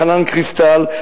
חנן קריסטל.